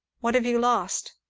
what have you lost?